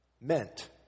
meant